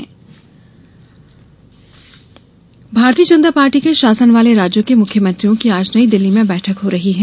मुख्यमंत्री बैठक भारतीय जनता पार्टी के शासन वाले राज्यों के मुख्यमंत्रियों की आज नई दिल्ली में बैठक हो रही है